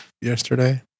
yesterday